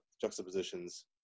juxtapositions